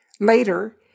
Later